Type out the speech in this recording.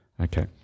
Okay